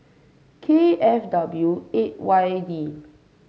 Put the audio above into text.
K F W eight Y D